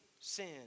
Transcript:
sin